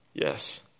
Yes